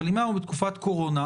אם אנחנו בתקופת קורונה,